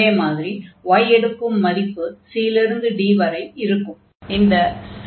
அதே மாதிரி y எடுக்கும் மதிப்பு c இலிருந்து d வரை இருக்கும்